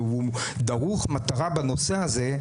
והוא דרוך מטרה בנושא הזה,